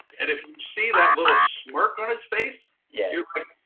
and if you see that little smirk on his face. yeah you're like,